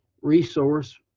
resource